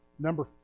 Number